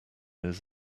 his